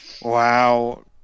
Wow